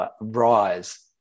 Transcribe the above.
rise